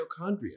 mitochondria